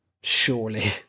surely